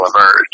emerge